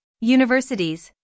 universities